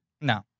No